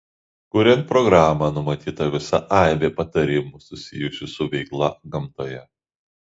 kuriant programą numatyta visa aibė patarimų susijusių su veikla gamtoje